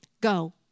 Go